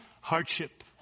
Hardship